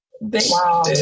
wow